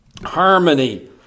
harmony